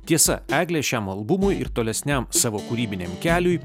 tiesa eglė šiam albumui ir tolesniam savo kūrybiniam keliui